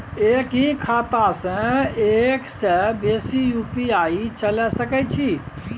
एक ही खाता सं एक से बेसी यु.पी.आई चलय सके छि?